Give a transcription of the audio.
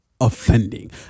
offending